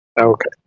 Okay